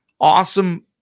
awesome